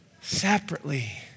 separately